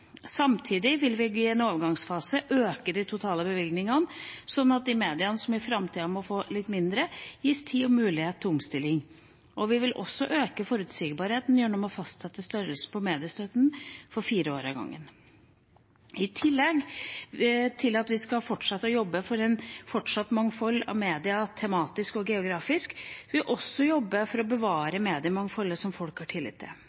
Samtidig vil vi i en overgangsfase øke de totale bevilgningene, slik at de mediene som i framtida må få litt mindre, gis tid og mulighet til omstilling. Vi vil også øke forutsigbarheten gjennom å fastsette størrelsen på mediestøtten for fire år av gangen. I tillegg til at vi skal fortsette å jobbe for et fortsatt mangfold av medier – tematisk og geografisk – vil vi jobbe for å bevare mediemangfoldet som folk har tillit til.